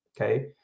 okay